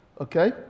Okay